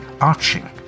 arching